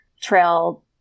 trail